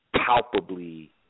palpably